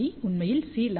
உண்மையில் Cλ என்ன